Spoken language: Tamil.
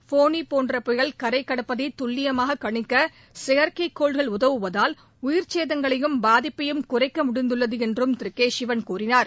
ஃபோனி போன்ற புயல் கரை கடப்பதை துல்லியமாக கணிக்க செயற்கைக் கோள்கள் உதவுவதால் உயிர்ச்சேதங்களையும் பாதிப்பையும் குறைக்க முடிந்துள்ளது என்றும் திரு சிவன் கூறினார்